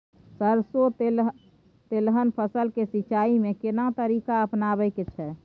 सरसो तेलहनक फसल के सिंचाई में केना तरीका अपनाबे के छै?